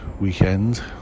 weekend